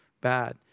bad